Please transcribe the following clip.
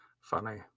Funny